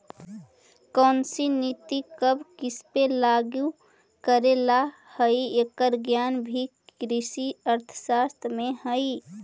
कौनसी नीति कब किसपे लागू करे ला हई, एकर ज्ञान भी कृषि अर्थशास्त्र में हई